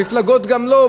המפלגות גם לא,